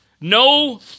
No